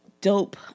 dope